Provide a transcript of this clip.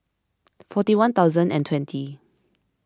forty one thousand and twenty